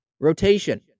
Rotation